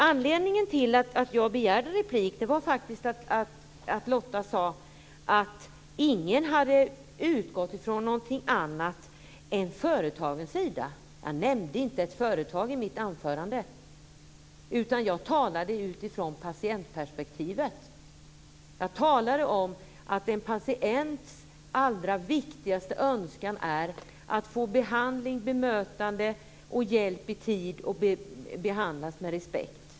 Anledningen till att jag begärde replik var faktiskt att Lotta sade att ingen hade utgått från något annat än företagen. Jag nämnde inte ett företag i mitt anförande. Jag talade utifrån patientperspektivet. Jag talade om att en patients allra viktigaste önskan är att få behandling, bemötande och hjälp i tid samt att behandlas med respekt.